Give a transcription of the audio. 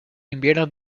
inviernos